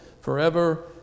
forever